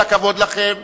כל הכבוד לכם.